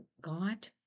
God